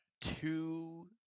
two